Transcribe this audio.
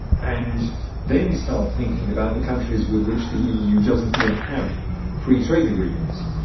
and then start thinking about the countries with which the eu doesn't yet have free trade agreements.